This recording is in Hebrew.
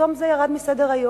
פתאום זה ירד מסדר-היום.